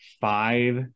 five